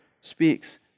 speaks